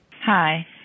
Hi